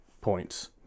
Points